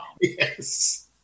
Yes